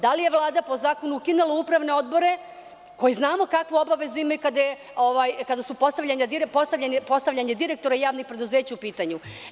Da li je Vlada po zakonu ukinula upravne odbore koji znamo kakve obaveze imaju i kada su postavljenja direktora i javnih preduzeća u pitanju?